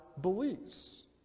beliefs